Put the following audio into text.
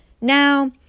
Now